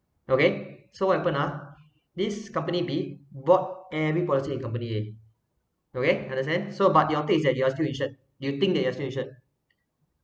okay so what happen ah this company B bought every policy in company A okay understand so but your take is that you're still insured you think that you're still insured